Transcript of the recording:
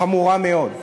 חמורה מאוד.